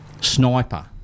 Sniper